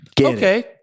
okay